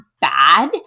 bad